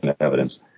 evidence